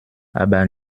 aber